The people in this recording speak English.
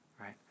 right